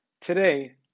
today